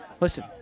Listen